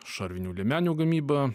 šarvinių liemenių gamybą